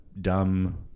dumb